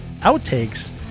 outtakes